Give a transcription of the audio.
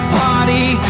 party